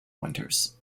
winters